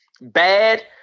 bad